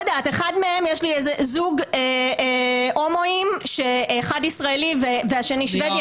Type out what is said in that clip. זוג הומואים שאחד ישראלי והשני שוודי,